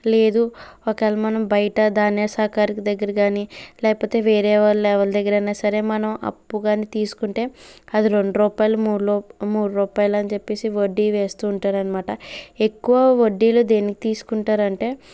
లేదు ఒక వేళా మనం బయట ధాన్యా సహకారి దగ్గర కాని లేకపోతే వేరే వాళ్ళు ఎవరి దగ్గరైనా సరే మనం అప్పు కాని తీసుకుంటే అది రెండు రూపాయలు మూడు రూపాయలు అని చెప్పేసి వడ్డీ వేస్తుంటారు అన్నమాట ఎక్కువ వడ్డీలు దేనికి తీసుకుంటారంటే